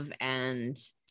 and-